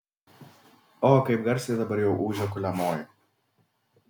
o kaip garsiai dabar jau ūžia kuliamoji